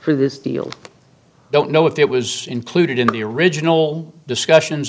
for this deal i don't know if it was included in the original discussions